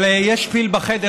אבל יש פיל בחדר,